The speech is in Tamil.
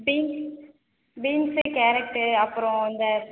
பீன் பீன்ஸ்ஸு கேரட்டு அப்புறம் இந்த